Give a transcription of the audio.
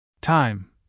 Time